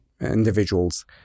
individuals